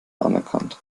anerkannt